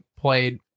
played